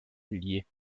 liés